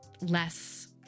less